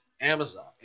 Amazon